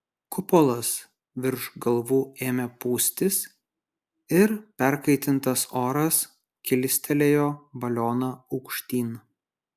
kupolas virš galvų ėmė pūstis ir perkaitintas oras kilstelėjo balioną aukštyn